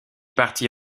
partit